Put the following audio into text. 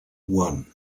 one